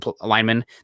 linemen